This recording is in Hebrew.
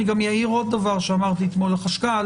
אומר עוד דבר שאמרתי אתמול לחשכ"ל